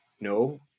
No